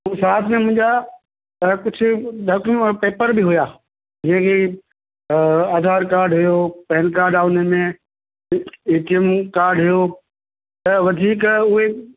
ऐं साथ मुंहिंजा पर्स कुछ डॉकुमैंट पेपर बि हुया जीअं की त आधार काड आहे हुओ पैन काड आहे हुन में एटीअम काड हुयो त वधीक उहे